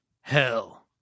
Hell